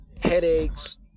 headaches